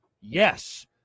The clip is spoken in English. Yes